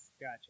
Gotcha